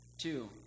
Two